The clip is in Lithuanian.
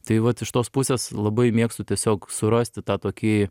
tai vat iš tos pusės labai mėgstu tiesiog surasti tą tokį